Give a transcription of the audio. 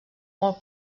molt